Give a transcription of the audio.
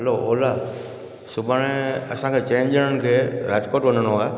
hello Ola सुभाणे असांखे चइनि ॼणनि खे राजकोट वञिणो आहे